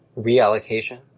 reallocation